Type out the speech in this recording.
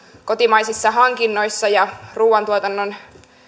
kotimaisissa hankinnoissa ja ruuantuotannon